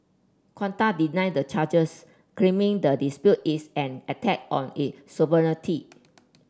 Qatar deny the charges claiming the dispute is an attack on its sovereignty